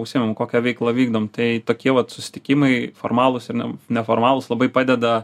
užsiimam kokią veiklą vykdom tai tokie vat susitikimai formalūs ir ne neformalūs labai padeda